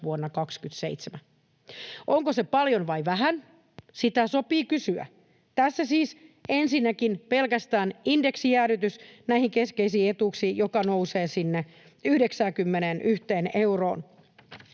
vuonna 27. Onko se paljon vai vähän, sitä sopii kysyä. Tässä on siis ensinnäkin pelkästään indeksijäädytys näihin keskeisiin etuuksiin, joka nousee sinne 91 euroon.